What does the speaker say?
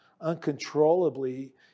uncontrollably